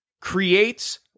creates